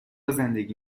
زندگی